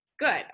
Good